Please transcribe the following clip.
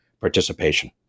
participation